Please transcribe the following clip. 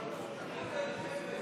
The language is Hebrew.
ההסתייגות.